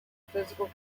physical